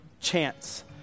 chance